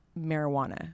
marijuana